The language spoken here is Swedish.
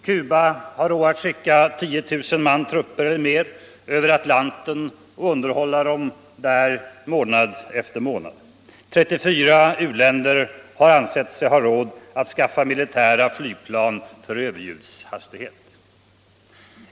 Cuba har råd att skicka 10 000 man trupper eller mer över Atlanten och underhålla dem där månad efter månad. 34 u-länder har ansett sig ha råd att skaffa militära flygplan för överljudshastighet.